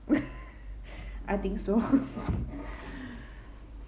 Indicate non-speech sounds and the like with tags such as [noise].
[laughs] I think so [laughs] [breath]